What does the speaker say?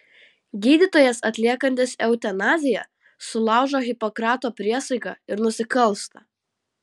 gydytojas atliekantis eutanaziją sulaužo hipokrato priesaiką ir nusikalsta